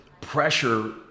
pressure